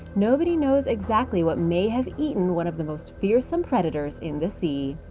nobody knows exactly what may have eaten one of the most fearsome predators in the sea.